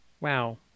Wow